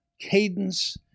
cadence